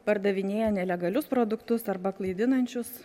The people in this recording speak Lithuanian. pardavinėja nelegalius produktus arba klaidinančius